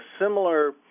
similar